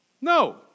No